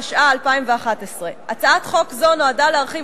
התשע"א 2011. הצעת החוק נועדה להרחיב